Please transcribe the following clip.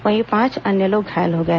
वहीं पांच अन्य लोग घायल हो गए